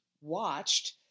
watched